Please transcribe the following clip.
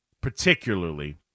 particularly